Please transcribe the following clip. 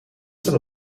staat